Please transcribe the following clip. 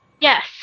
Yes